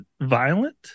violent